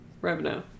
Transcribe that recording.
revenue